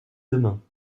demain